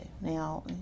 Now